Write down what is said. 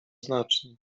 znacznie